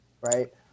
right